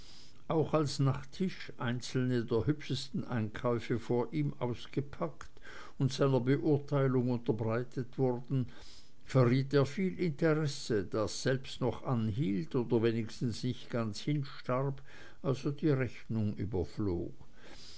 auch als nach tisch einzelne der hübschesten einkäufe von ihm ausgepackt und seiner beurteilung unterbreitet wurden verriet er viel interesse das selbst noch anhielt oder wenigstens nicht ganz hinstarb als er die rechnung überflog